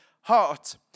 heart